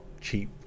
cheap